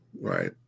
right